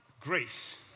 grace